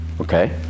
Okay